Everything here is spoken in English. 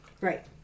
Right